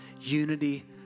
Unity